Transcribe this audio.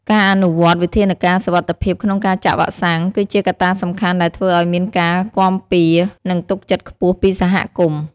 ការអនុវត្តវិធានការសុវត្ថិភាពក្នុងការចាក់វ៉ាក់សាំង គឺជាកត្តាសំខាន់ដែលធ្វើឲ្យមានការគាំរពារ និងទុកចិត្តខ្ពស់ពីសហគមន៍។